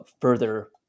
further